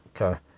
Okay